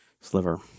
sliver